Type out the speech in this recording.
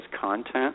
content